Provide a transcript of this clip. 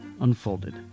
unfolded